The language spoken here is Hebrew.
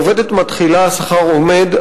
לעובדת מתחילה השכר עומד,